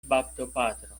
baptopatro